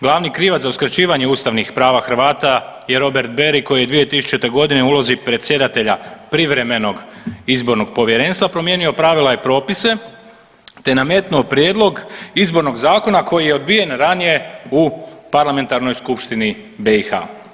Glavni krivac za uskraćivanje ustavnih prava Hrvata je Robert Barry koji je 2000.g. u ulozi predsjedatelja privremenog izbornog povjerenstva promijenio pravila i propise te nametnuo prijedlog izbornog zakona koji je odbijen ranije u Parlamentarnoj skupštini BiH.